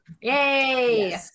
Yay